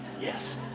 Yes